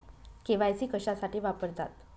KYC कशासाठी वापरतात?